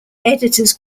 editors